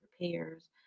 repairs